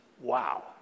Wow